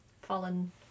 fallen